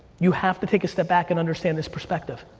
you have to take a step back and understand this perspective.